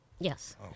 Yes